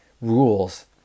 rules